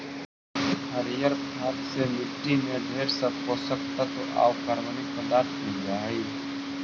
हरियर खाद से मट्टी में ढेर सब पोषक तत्व आउ कार्बनिक पदार्थ मिल जा हई